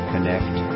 connect